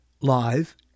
live